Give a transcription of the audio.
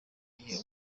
gihe